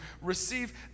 receive